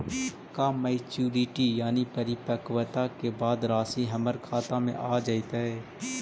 का मैच्यूरिटी यानी परिपक्वता के बाद रासि हमर खाता में आ जइतई?